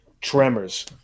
tremors